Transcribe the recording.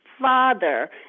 father